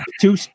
two